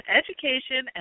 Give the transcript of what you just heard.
education